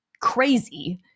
crazy